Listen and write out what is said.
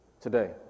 today